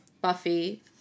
Buffy